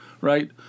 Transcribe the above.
right